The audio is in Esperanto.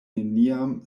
neniam